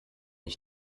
ich